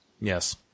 Yes